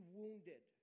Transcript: wounded